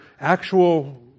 actual